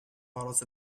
bottles